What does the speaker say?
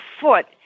foot